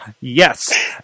yes